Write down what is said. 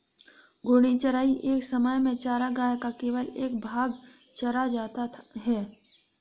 घूर्णी चराई एक समय में चरागाह का केवल एक भाग चरा जाता है